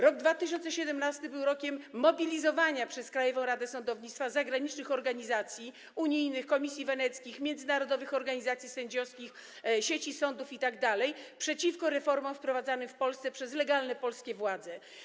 Rok 2017 był rokiem mobilizowania przez Krajową Radę Sądownictwa zagranicznych organizacji, unijnych, komisji weneckich, międzynarodowych organizacji sędziowskich, sieci sądów itd., przeciwko reformom wprowadzanym w Polsce przez legalne polskie władze.